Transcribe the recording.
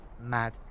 Mad